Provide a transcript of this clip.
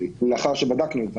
לאחר שבדקנו,